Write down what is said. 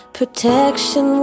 protection